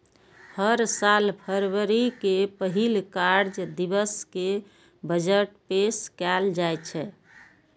हर साल फरवरी के पहिल कार्य दिवस कें बजट पेश कैल जाइ छै